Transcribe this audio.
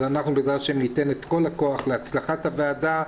אבל אנחנו בגלל שניתן את כל הכוח להצלחת הוועדה,